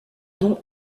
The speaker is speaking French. don